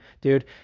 Dude